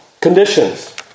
conditions